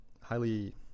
highly